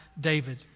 David